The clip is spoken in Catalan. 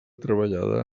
treballada